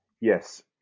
Yes